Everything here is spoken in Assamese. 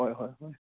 হয় হয় হয়